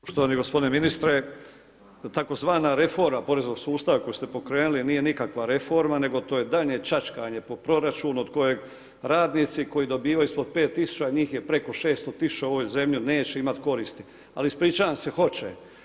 Poštovani gospodine ministre, da tzv. reforma poreznog sustava koju ste pokrenuli nije nikakva reforma nego to je daljnje čačkanje po proračunu od kojeg radnici koji dobivaju ispod 5 tisuća njih je preko 600 tisuća u ovoj zemlji neće imati koristi, ali ispričavam se hoće.